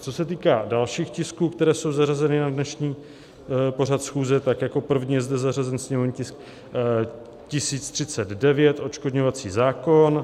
Co se týká dalších tisků, které jsou zařazeny na dnešní pořad schůze, tak jako první je zde zařazen sněmovní tisk 1039 odškodňovací zákon.